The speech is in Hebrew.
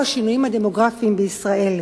בעולם ולא עם השינויים הדמוגרפיים בישראל.